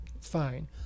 fine